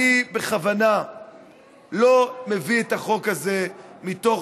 אני בכוונה לא מביא את החוק הזה מתוך